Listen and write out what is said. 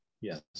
Yes